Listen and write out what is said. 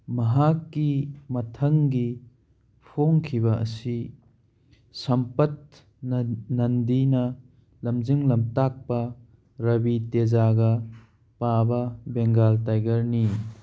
ꯃꯍꯥꯛꯀꯤ ꯃꯊꯪꯒꯤ ꯐꯣꯡꯈꯤꯕ ꯑꯁꯤ ꯁꯝꯄꯠ ꯅꯟꯗꯤꯅ ꯂꯝꯖꯤꯡ ꯂꯝꯇꯥꯛꯄ ꯔꯕꯤ ꯇꯦꯖꯥꯒ ꯄꯥꯕ ꯕꯦꯡꯒꯥꯜ ꯇꯥꯏꯒꯔꯅꯤ